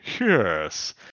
Yes